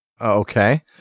Okay